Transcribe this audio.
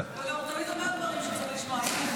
הוא גם תמיד אומר דברים שצריך לשמוע.